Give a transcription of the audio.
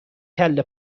کله